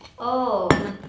oh